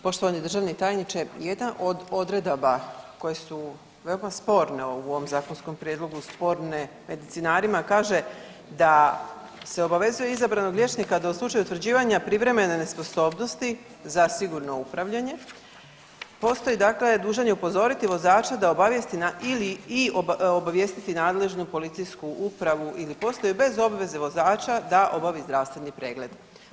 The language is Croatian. Poštovani državni tajniče, jedna od odredaba koje su veoma sporne u ovom zakonskom prijedlogu sporne medicinarima, kaže da se obavezuje izabranog liječnika da u slučaju utvrđivanja privremene nesposobnosti za sigurno upravljanje postoji dakle, dužan je upozoriti vozača da obavijesti na ili, i, obavijestiti nadležnu policijsku upravu ili postaju bez obveze vozača da obavi zdravstveni pregled.